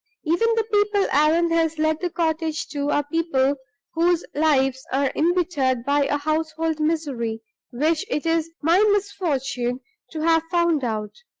even the people allan has let the cottage to are people whose lives are imbittered by a household misery which it is my misfortune to have found out!